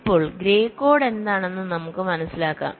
ഇപ്പോൾ grey code എന്താണെന്ന് നമുക്ക് മനസ്സിലാക്കാം